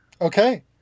Okay